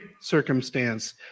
circumstance